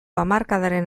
hamarkadaren